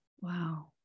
Wow